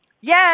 yes